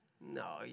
No